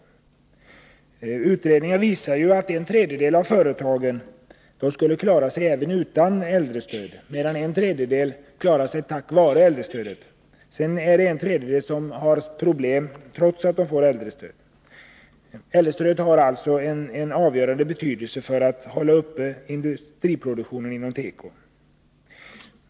En utredning visar att en tredjedel av företagen skulle klara sig även utan äldrestödet, medan en tredjedel klarar sig tack vare äldrestödet. Sedan är det en tredjedel som har problem trots äldrestödet. Detta stöd har alltså en avgörande betydelse för att hålla uppe industriproduktionen inom teko.